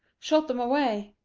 shot them away.